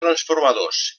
transformadors